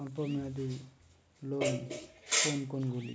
অল্প মেয়াদি লোন কোন কোনগুলি?